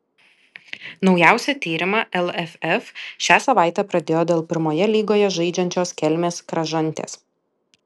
naujausią tyrimą lff šią savaitę pradėjo dėl pirmoje lygoje žaidžiančios kelmės kražantės